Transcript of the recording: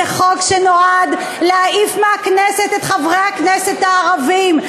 זה חוק שנועד להעיף מהכנסת את חברי הכנסת הערבים.